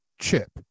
chip